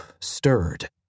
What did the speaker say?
stirred